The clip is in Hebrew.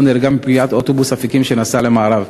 נהרגה מפגיעת אוטובוס "אפיקים" שנסע למערב,